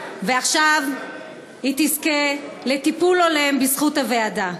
עכשיו תזכה לטיפול הולם בזכות הוועדה.